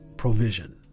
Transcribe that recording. provision